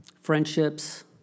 friendships